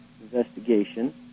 investigation